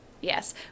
Yes